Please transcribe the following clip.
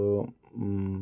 ഇപ്പോൾ